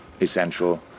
essential